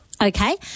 Okay